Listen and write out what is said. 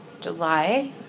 July